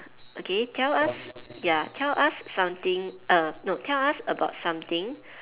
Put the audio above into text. okay tell us ya tell us something err no tell us about something